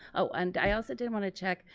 oh, and i also did want to check,